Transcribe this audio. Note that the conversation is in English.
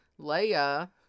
Leia